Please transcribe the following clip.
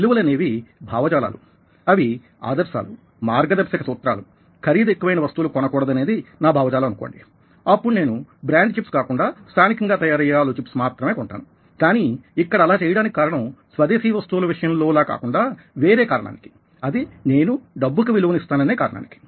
విలువలనేవి భావజాలాలుఅవి ఆదర్శాలుమార్గనిర్దేశక సూత్రాలు ఖరీదు ఎక్కువయిన వస్తువులు కొనకూడదనేది నా భావజాలం అనుకోండి అప్పుడు నేను బ్రాండ్ చిప్స్ కాకుండా స్థానికంగా తయారయ్యే ఆలూ చిప్స్ మాత్రమే కొంటాను కానీ యిక్కడ అలాచేయడానికి కారణం స్వదేశీ వస్తువుల విషయంలో లా కాకుండా వేరే కారణానికి అది నేను డబ్బుకి విలువనిస్తాననే కారణానికి